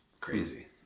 Crazy